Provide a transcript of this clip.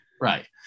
Right